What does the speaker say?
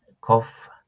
cough